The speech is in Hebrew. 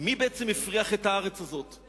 מי בעצם הפריח את הארץ הזאת?